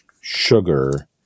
sugar